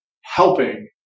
helping